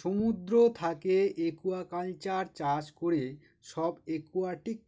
সমুদ্র থাকে একুয়াকালচার চাষ করে সব একুয়াটিক